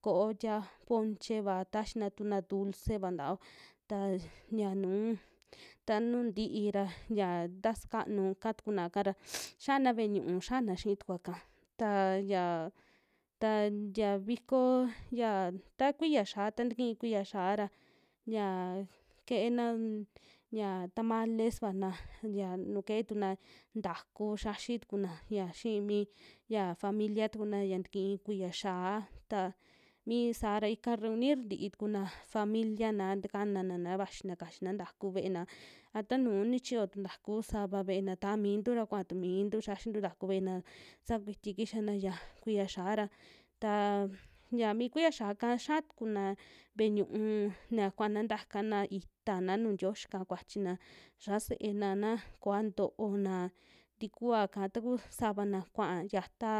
Ko'o tia poche'va taxia tukuna dulce'va ntao ta ya nuu, ta nu ntii ra ya tasa kanu kaa tukun ra xana ve'e ñu'ú, xana xii tukuaka taa yia ta ya viko yaa ta kuiya xiaa, ta kii kuiya xiaa ra yaa keena ya tamale suvana ya, nuu ke'e tuna ntaku xiaxi tukuna ya xi'i mii ya familia tukuna ya tikii kuiya xiaa, ta mi saa ra ika reunir tii tukuna familiana, ntakana'na vaxina kaxina ntaku ve'ena, a ta nuu ni chiyo tu ntaku sava ve'ena ta'a mintu ra kua'a tu miintu xiaxintu ntraku ve'ena sakuiti kixantu ya kuiya xia'a ra, taan ya mi kuiya xia'aka xaa tukuna ve'e ñu'ú na kuana ntakana itaana nuu ntioyi ka'a kuachina xa'a se'ena na koa ntoona tikuaka, taku savana kua'a yata